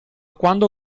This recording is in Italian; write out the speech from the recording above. quando